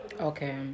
Okay